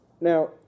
Now